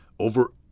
Over